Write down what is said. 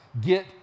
get